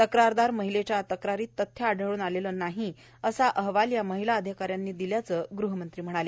तक्रारदार महिलेच्या तक्रारीत तथ्य आढळून आले नाही असा अहवाल या महिला अधिकाऱ्यांनी दिल्याचे ग़हमंत्र्यांनी सांगितले